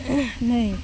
नै